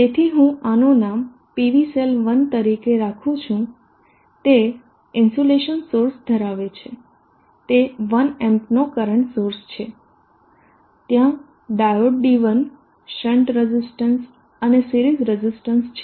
તેથી હું આનું નામ PV સેલ1 તરીકે રાખું છું તે ઇન્સ્યુલેશન સોર્સ ધરાવે છે તે 1 એમ્પનો કરંટ સોર્સ છે ત્યાં ડાયોડ D1 શન્ટ રઝીસ્ટન્સ અને સિરીઝ રઝીસ્ટન્સ છે